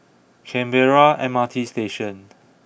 Canberra M R T Station